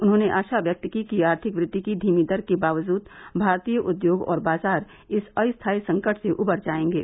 उन्होंने आशा व्यक्त की कि आर्थिक वृद्वि की धीमी दर के बावजूद भारतीय उद्योग और बाजार इस अस्थायी संकट से उबर जाएगे